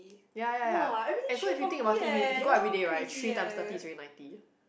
ya ya ya and so if you think about it if if you go out everyday right three times thirty is already ninety